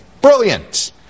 Brilliant